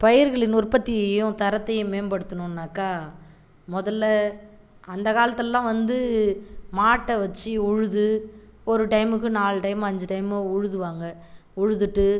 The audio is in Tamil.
பயிர்களின் உற்பத்தித்தியையும் தரத்தையும் மேம்படுத்தணுன்னாக்கா முதல்ல அந்த காலத்துலலாம் வந்து மாட்டை வச்சு உழுது ஒரு டைமுக்கு நாலு டைம் அஞ்சு டைமோ உழுதுவாங்க உழுதுவிட்டு